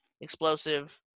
explosive